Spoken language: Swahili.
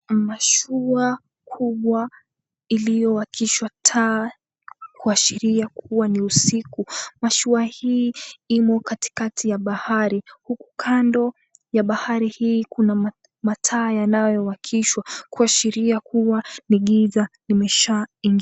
Mashua kubwa iliyowakishwa taa kuashiria kuwa ni usiku. Mashua hii imo katikati ya bahari. Huku kando ya bahari hii kuna mataa yanayowakishwa kuashiria kuwa ni giza imesha ingia.